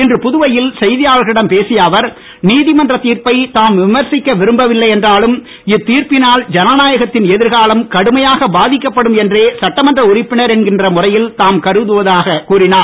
இன்று புதுவையில் செய்தியாளர்களிடம் பேசிய அவர் நீதிமன்ற தீர்ப்பை தாம் விமர்சிக்க விரும்பவில்லை என்றாலும் இத்தீர்ப்பினால் ஜனநாயகத்தின் எதிர்காலம் கடுமையாக பாதிக்கப்படும் என்றே சட்டமன்ற உறுப்பினர் என்கிற முறையில் தாம் கருதுவதாக கூறினார்